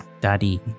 Daddy